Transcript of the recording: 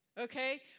Okay